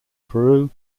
peru